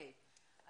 מצוין.